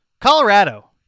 Colorado